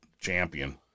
champion